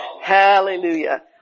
Hallelujah